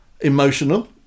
emotional